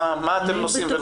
מה אתם נושאים ונותנים.